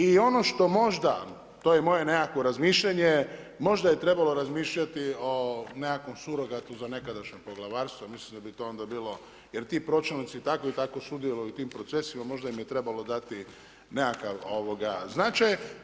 I ono što možda, to je moje nekakvo razmišljanje, možda je trebalo razmišljati o nekakvom surogatu za nekadašnje poglavarstvo, ja mislim da bi to onda bilo jer ti pročelnici tako i tako sudjeluju u tim procesima, možda im je trebalo dati nekakav značaj.